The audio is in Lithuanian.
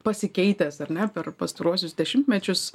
pasikeitęs ar ne per pastaruosius dešimtmečius